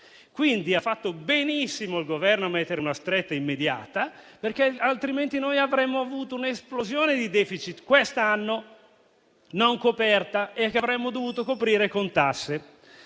Dunque, ha fatto benissimo il Governo a imporre una stretta immediata, perché altrimenti quest'anno avremmo avuto un'esplosione di *deficit*, non coperta e che avremmo dovuto coprire con tasse.